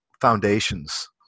foundations